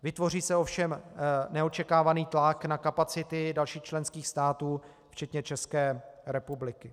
Vytvoří se ovšem neočekávaný tlak na kapacity dalších členských států včetně České republiky.